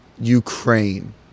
Ukraine